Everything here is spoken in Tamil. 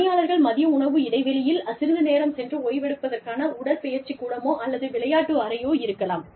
பணியாளர்கள் மதிய உணவு இடைவேளையில் சிறிது நேரம் சென்று ஓய்வெடுப்பதற்கான உடற்பயிற்சி கூடமோ அல்லது விளையாட்டு அறையோ இருக்கலாம்